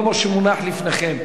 לא מה שמונח לפניכם.